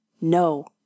No